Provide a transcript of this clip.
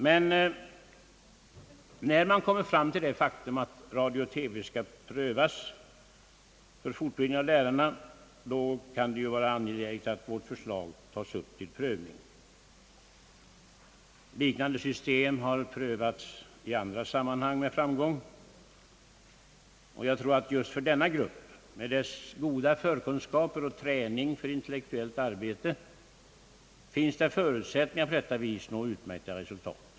Men när man kommer fram till det faktum att radio och TV skall prövas för fortbildning av lärarna, kan det ju vara angeläget att vårt förslag tas upp till prövning. Liknande system har med framgång prövats i andra sammanhang, och jag tror att just för denna grupp, med dess goda förkunskaper och träning för intellektuellt arbete, finns det förutsättningar att på detta vis nå utmärkta resultat.